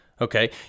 Okay